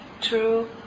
true